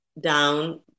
down